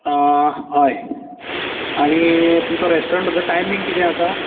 हय आनी तुमचो रेस्टोरंटाचो टायमींग कितें आसा हय